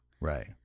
Right